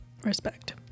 respect